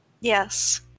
yes